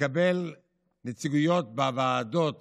לקבל נציגויות בוועדות